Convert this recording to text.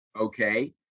okay